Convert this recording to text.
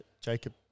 Jacob